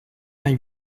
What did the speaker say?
vingt